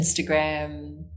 Instagram